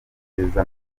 neza